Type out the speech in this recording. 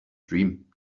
dream